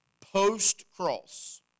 post-cross